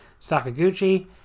Sakaguchi